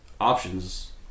options